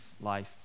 life